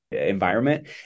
environment